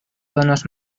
donos